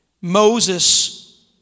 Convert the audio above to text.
Moses